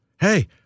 Hey